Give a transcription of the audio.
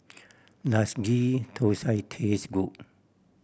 does Ghee Thosai taste good